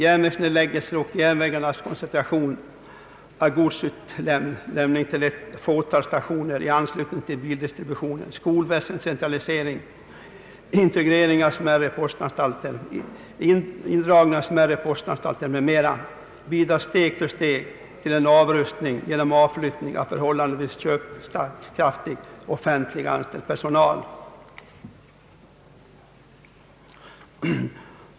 Järnvägsnedläggelser och järnvägarnas koncentration av godsutbytet till ett fåtal stationer i anslutning till bildistributionen, skolväsendets centralisering, indragning av smärre postanstalter m.m. bidrar steg för steg till en avrustning genom avflyttning av förhållandevis köpkraftig, offentligt anställd personal.